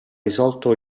risolto